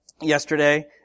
yesterday